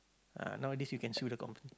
ah nowadays you can sue the company